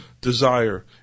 desire